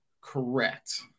Correct